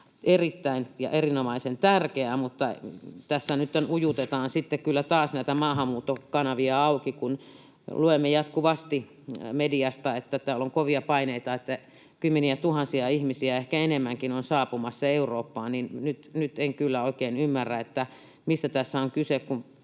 erittäin ja erinomaisen tärkeää, mutta tässä nyt ujutetaan kyllä taas näitä maahanmuuton kanavia auki, kun luemme jatkuvasti mediasta, että täällä on kovia paineita ja kymmeniätuhansia ihmisiä, ehkä enemmänkin, on saapumassa Eurooppaan. Niin nyt en kyllä oikein ymmärrä, mistä tässä on kyse,